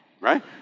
right